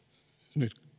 nyt